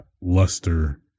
luster